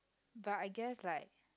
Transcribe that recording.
but I guess like